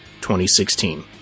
2016